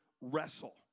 wrestle